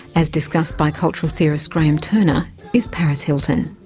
as discussed by cultural theorist, graeme turner is paris hilton.